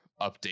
update